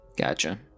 Gotcha